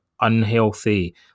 unhealthy